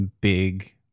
big